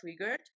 triggered